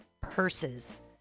purses